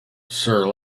sir